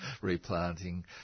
Replanting